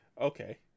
Okay